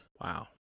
Wow